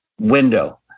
window